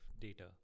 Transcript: data